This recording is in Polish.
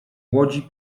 łodzi